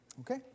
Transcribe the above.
Okay